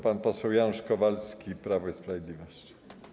Pan poseł Janusz Kowalski, Prawo i Sprawiedliwość.